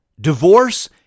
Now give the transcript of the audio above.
Divorce